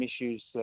issues